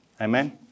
Amen